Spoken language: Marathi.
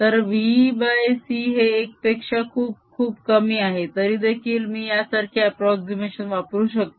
तर vc हे एक पेक्षा खूप खूप कमी आहे तरीदेखील मी यासारखे अप्रोक्झीमेशन वापरू शकतो